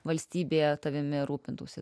valstybė tavimi rūpintųsi